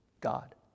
God